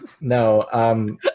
No